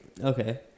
Okay